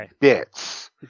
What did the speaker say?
bits